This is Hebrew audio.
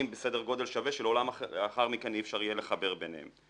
בסדר גודל שווה שלעולם לאחר מכן אי אפשר יהיה לחבר ביניהן.